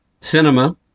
Cinema